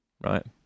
right